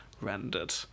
rendered